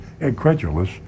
incredulous